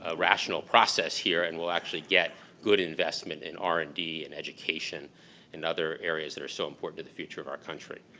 ah rational process here and we'll actually get good investment in r and d and education and other areas that are so important to the future of our country.